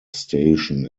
station